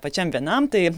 pačiam vienam tai